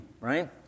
Right